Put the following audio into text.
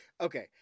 Okay